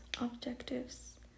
Objectives